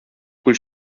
күл